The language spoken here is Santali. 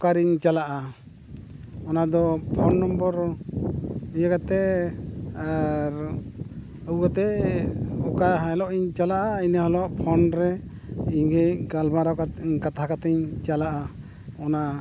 ᱚᱠᱟᱨᱤᱧ ᱪᱟᱞᱟᱜᱼᱟ ᱚᱱᱟᱫᱚ ᱯᱷᱳᱱ ᱱᱚᱢᱵᱚᱨ ᱤᱭᱟᱹ ᱠᱟᱛᱮᱫ ᱟᱨ ᱟᱹᱜᱩ ᱠᱟᱛᱮᱫ ᱚᱠᱟ ᱦᱤᱞᱳᱜ ᱤᱧ ᱪᱟᱞᱟᱜᱼᱟ ᱤᱱᱟᱹ ᱦᱤᱞᱳᱜ ᱯᱷᱳᱱ ᱨᱮ ᱤᱧᱜᱮ ᱜᱟᱞᱢᱟᱨᱟᱣ ᱠᱟᱛᱮᱫ ᱠᱟᱛᱷᱟ ᱠᱟᱛᱮᱫ ᱤᱧ ᱪᱟᱞᱟᱜᱼᱟ ᱚᱱᱟ